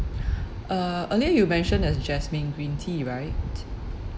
uh earlier you mentioned there's jasmine green tea right